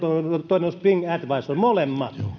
todennut spring advisor molemmat